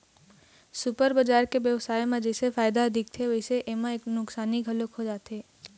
super बजार के बेवसाय म जइसे फायदा ह दिखथे वइसने एमा नुकसानी घलोक हो जाथे